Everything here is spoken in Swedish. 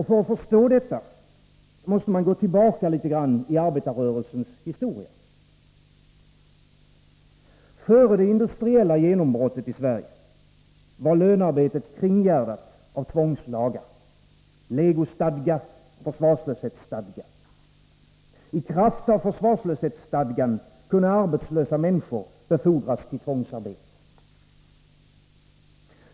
För att förstå detta måste man gå tillbaka litet grand i arbetarrörelsens historia. Före det industriella genombrottet i Sverige var lönarbetet kringgärdat av tvångslagar — legostadga, försvarslöshetsstadga. I kraft av försvarslöshetsstadgan kunde arbetslösa människor befordras till tvångsarbete.